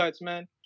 man